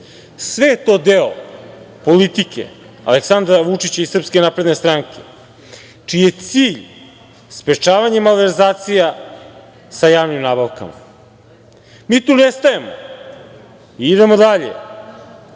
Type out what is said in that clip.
je to deo politike Aleksandra Vučića i SNS, čiji je cilj sprečavanje malverzacija sa javnim nabavkama. Mi tu ne stajemo i idemo dalje